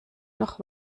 noch